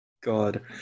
God